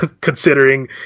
considering